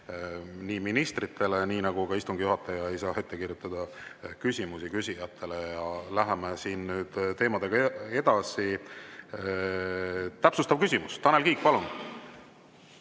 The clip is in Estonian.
ministritele, nii nagu istungi juhataja ei saa ette kirjutada küsimusi küsijatele. Läheme nüüd teemaga edasi. Täpsustav küsimus, Tanel Kiik, palun!